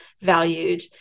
valued